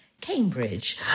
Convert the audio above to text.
Cambridge